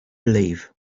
relief